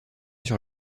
sur